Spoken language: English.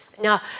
Now